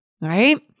Right